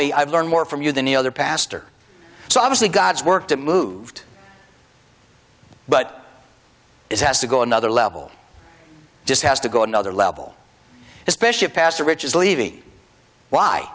me i've learned more from you than the other pastor so obviously god's work to moved but it has to go another level just has to go another level especially if pastor rich is levy why